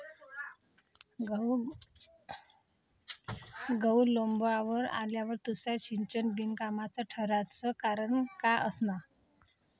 गहू लोम्बावर आल्यावर तुषार सिंचन बिनकामाचं ठराचं कारन का असन?